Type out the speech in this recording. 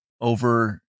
over